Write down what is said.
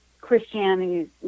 Christianity